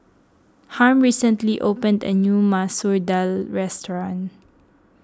Harm recently opened a new Masoor Dal restaurant